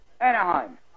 Anaheim